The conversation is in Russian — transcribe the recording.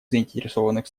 заинтересованных